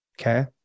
okay